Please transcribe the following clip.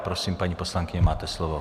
Prosím, paní poslankyně, máte slovo.